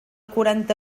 quaranta